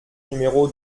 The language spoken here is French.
numéro